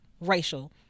racial